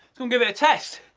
come give it a test!